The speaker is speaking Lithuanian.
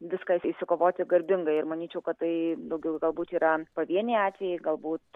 viską išsikovoti garbingai ir manyčiau kad tai daugiau galbūt yra pavieniai atvejai galbūt